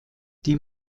die